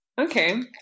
Okay